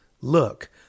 Look